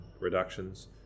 reductions